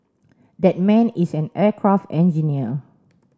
that man is an aircraft engineer